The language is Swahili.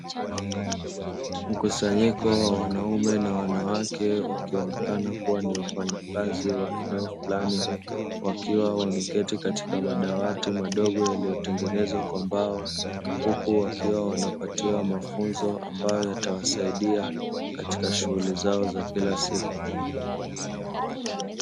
Mkusanyiko wa wanaume na wanawake wakionekana kuwa ni wafanyakazi wa eneo fulani, wakiwa wameketi katika madawati madogo yaliyotengenezwa kwa mbao huku wakiwa wanapatiwa mafunzo ambayo yatawasaidia katika shughuli zao za Kila siku.